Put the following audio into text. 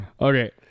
Okay